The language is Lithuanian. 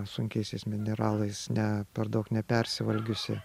sunkiaisiais mineralais ne per daug nepersivalgiusi